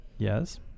Yes